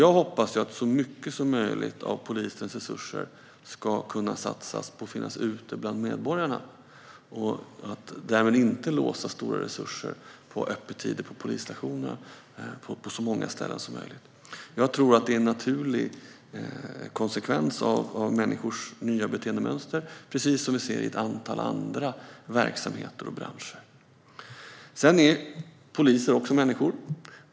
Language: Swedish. Jag hoppas att så mycket som möjligt av polisens resurser ska kunna satsas på att finnas ute bland medborgarna. Därmed ska inte stora resurser låsas på öppettider på polisstationerna på så många ställen som möjligt. Jag tror att detta är en naturlig konsekvens av människors nya beteendemönster, precis som vi ser i ett antal andra verksamheter och branscher. Sedan är poliser också människor.